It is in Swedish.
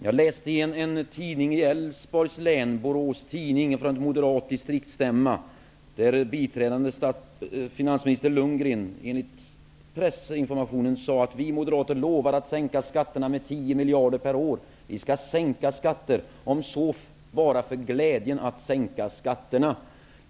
Jag läste i en tidning i Älvsborgs län, Borås Tidning, att biträdande finansministern Lundgren på en moderat distriktsstämma sade: Vi moderater lovar att sänka skatterna med 10 miljarder per år. Vi skall sänka skatter, om så bara för glädjen att sänka skatterna.